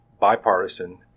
bipartisan